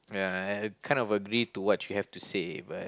ya I kind of agree to what you have to say but